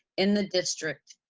in the district,